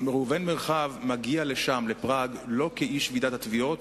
ראובן מרחב מגיע לפראג לא כאיש ועידת התביעות,